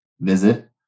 visit